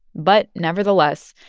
but nevertheless,